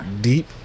deep